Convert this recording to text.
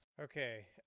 Okay